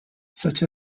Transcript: such